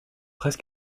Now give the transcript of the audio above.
pèse